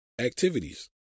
activities